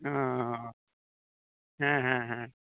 ᱚᱻ ᱦᱮᱸ ᱦᱮᱸ